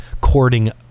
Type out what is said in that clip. courting